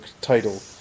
title